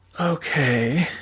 Okay